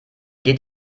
geht